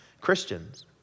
Christians